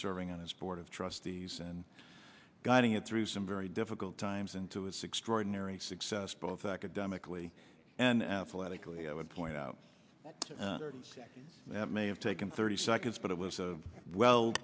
serving on his board of trustees and guiding it through some very difficult times into his extraordinary success both academically and athletically i would point out that that may have taken thirty seconds but it was a well